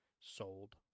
sold